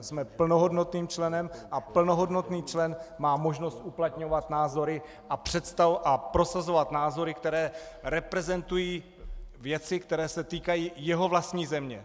Jsme plnohodnotným členem a plnohodnotný člen má možnost uplatňovat názory a prosazovat názory, které reprezentují věci, které se týkají jeho vlastní země.